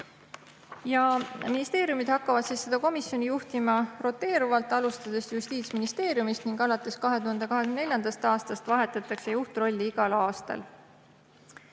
on. Ministeeriumid hakkavad seda komisjoni juhtima roteeruvalt. Alustab Justiitsministeerium ning alates 2024. aastast vahetatakse juhtrolli igal aastal.